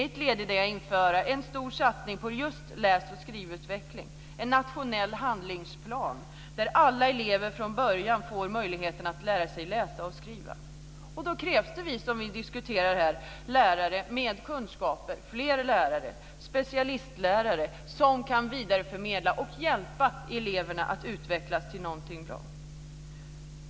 Ett led i det är att införa en stor satsning på just läs och skrivutveckling, en nationell handlingsplan om att alla elever från början får möjligheten att lära sig läsa och skriva. Då krävs det som vi diskuterar här; lärare med kunskaper, fler lärare, specialistlärare som kan vidareförmedla och hjälpa eleverna att utvecklas på ett bra sätt.